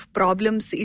problems